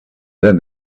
then